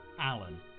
Alan